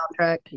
soundtrack